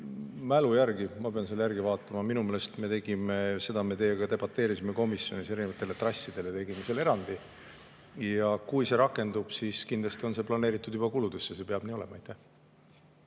Mälu järgi, ma pean selle järele vaatama – minu meelest me selle üle teiega debateerisime komisjonis –, erinevatele trassidele tegime erandi. Kui see rakendub, siis kindlasti on see planeeritud juba kuludesse. See peab nii olema. Aitäh!